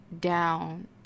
down